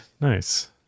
Nice